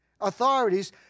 authorities